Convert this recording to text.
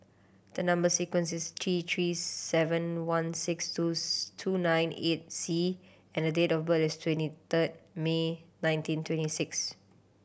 the number sequence is T Three seven one six twos two nine eight C and date of birth is twenty third May nineteen twenty six